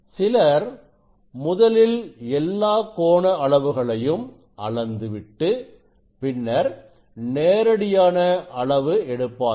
சிலர் முதலில் எல்லா கோணஅளவுகளையும் அளந்து விட்டு பின்னர் நேரடியான அளவு எடுப்பார்கள்